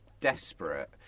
desperate